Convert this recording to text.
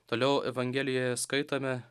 toliau evangelijoje skaitome